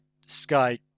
Sky